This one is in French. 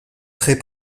très